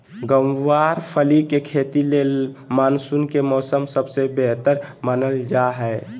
गँवार फली के खेती ले मानसून के मौसम सबसे बेहतर मानल जा हय